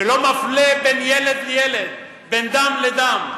ולא מפלה בין ילד לילד, בין דם לדם.